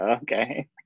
Okay